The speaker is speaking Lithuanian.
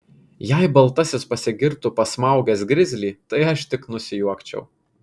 jei baltasis pasigirtų pasmaugęs grizlį tai aš tik nusijuokčiau